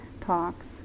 talks